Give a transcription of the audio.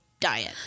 Diet